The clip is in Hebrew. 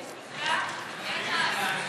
אין לה קשר.